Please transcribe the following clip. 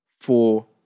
four